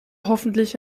hoffentlich